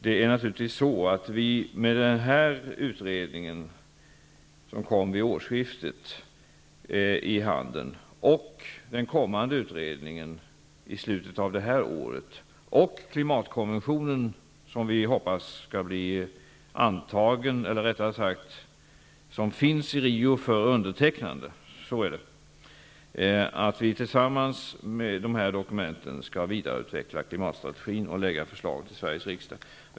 Det är viktigt att vi med den här utredningen, som kom vid årsskiftet, den kommande utredningen i slutet av det här året och klimatkonventionen, som finns för undertecknande i Rio, skall kunna vidareutveckla klimatstrategin och lägga fram förslag till Sveriges riksdag.